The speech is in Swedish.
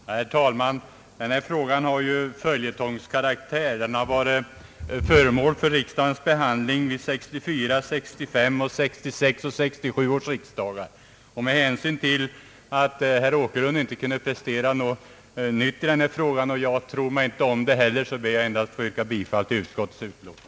Herr talman! Den här frågan har följetongskaraktär. Den har varit föremål för behandling vid 1964, 1965, 1966 och 1967 års riksdagar. Med hänsyn till att herr Åkerlund inte kunde prestera något nytt i frågan och då jag inte tror mig om att kunna det heller, ber jag endast att få yrka bifall till utskottets utlåtande.